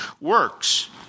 works